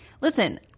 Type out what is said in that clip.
Listen